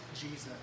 Jesus